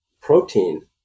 protein